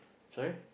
sorry